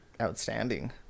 outstanding